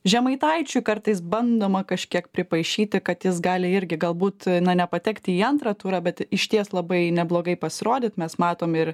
žemaitaičiui kartais bandoma kažkiek pripaišyti kad jis gali irgi galbūt na nepatekti į antrą turą bet išties labai neblogai pasirodyt mes matom ir